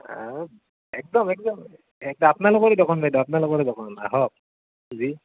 একদম একদম আপোনালোকৰে দোকান বাইদেউ আপোনালোকৰে দোকান আহক যি